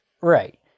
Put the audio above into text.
Right